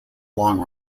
long